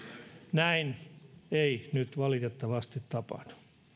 näin ei nyt valitettavasti tapahdu